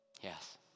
yes